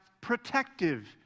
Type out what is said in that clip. protective